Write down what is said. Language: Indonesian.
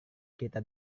kita